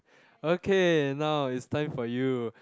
okay now it's time for you